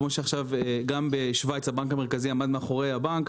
כמו שגם בשווייץ הבנק המרכזי עמד עכשיו מאחורי הבנק,